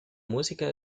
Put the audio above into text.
música